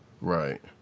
right